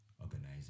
organizing